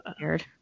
weird